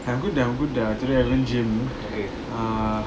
I'm good I'm good ah today I haven't gym uh